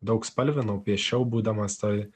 daug spalvinau piešiau būdamas toj